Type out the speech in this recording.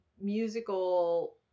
musical